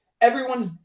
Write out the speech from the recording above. Everyone's